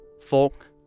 folk